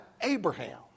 Abraham